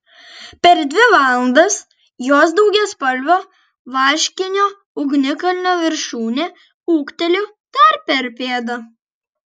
per dvi valandas jos daugiaspalvio vaškinio ugnikalnio viršūnė ūgtelėjo dar per pėdą